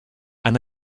and